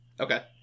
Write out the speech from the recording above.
Okay